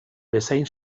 bezain